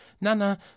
Nana